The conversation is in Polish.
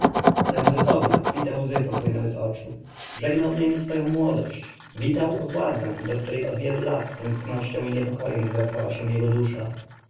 ramzesowi obfite łzy popłynęły z oczu żegnał niemi swoją młodość witał władzę do której od wielu lat z tęsknością i niepokojem zwracała się jego dusza